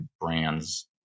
brands